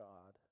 God